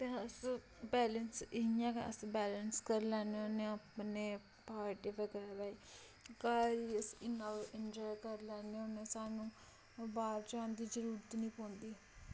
ते अस बैंलैस इ'यां गै अस बैलैंस करी लैन्ने होन्ने अपने पार्टी बगैरा गी घर ई अस इ'न्ना इन्जाय करी लैन्ने होन्ने सानू बाह्र जान दी जरूरत नी पौंदी